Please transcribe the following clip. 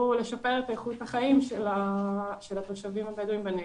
לשפר את איכות החיים של התושבים הבדואים בנגב.